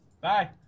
Bye